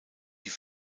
die